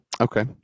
Okay